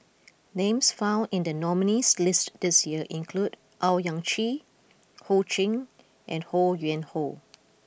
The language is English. names found in the nominees' list this year include Owyang Chi Ho Ching and Ho Yuen Hoe